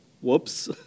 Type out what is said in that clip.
whoops